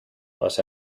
los